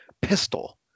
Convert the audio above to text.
pistol